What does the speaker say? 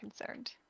concerned